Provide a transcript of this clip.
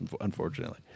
unfortunately